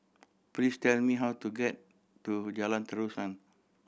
please tell me how to get to Jalan Terusan